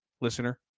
listener